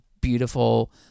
beautiful